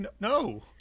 no